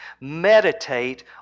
meditate